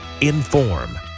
Inform